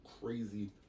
crazy